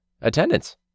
attendance